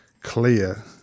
clear